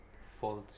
false